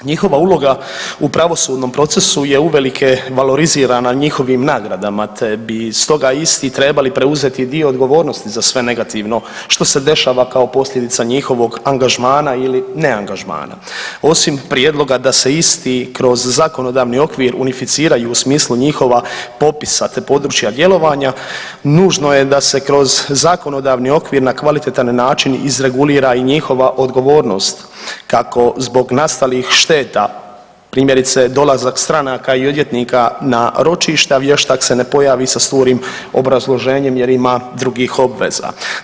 Njihova uloga u pravosudnom procesu je uvelike valorizirana njihovim nagradama, te bi stoga isti trebali preuzeti dio odgovornosti za sve negativno što se dešava kao posljedica njihovog angažmana ili ne angažmana osim prijedloga da se isti kroz zakonodavni okvir unificiraju u smislu njihova popisa, te područja djelovanja nužno je da se kroz zakonodavni okvir na kvalitetan način izregulira i njihova odgovornost kako zbog nastalih šteta primjerice dolazak stranaka i odvjetnika na ročišta vještak se ne pojavi sa šturim obrazloženjem jer ima drugih obveza.